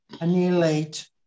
annihilate